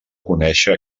conèixer